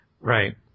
right